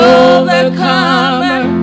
overcomer